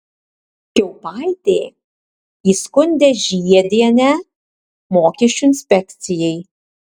kiaupaitė įskundė žiedienę mokesčių inspekcijai